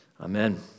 Amen